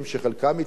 שחלקם אתי,